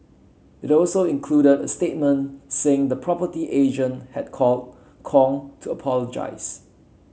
it also included a statement saying the property agent had called Kong to apologise